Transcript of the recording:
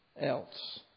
else